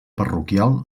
parroquial